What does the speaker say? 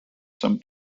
some